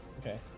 okay